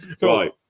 right